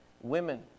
Women